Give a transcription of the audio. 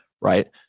right